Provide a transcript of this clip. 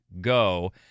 go